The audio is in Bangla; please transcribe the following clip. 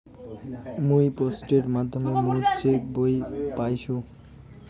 মুই পোস্টের মাধ্যমে মোর চেক বই পাইসু